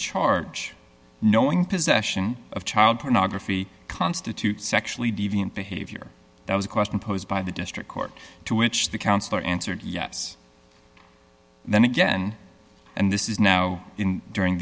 charge knowing possession of child pornography constitute sexually deviant behavior that was a question posed by the district court to which the councilor answered yes and then again and this is now in during